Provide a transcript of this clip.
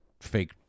fake